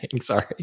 Sorry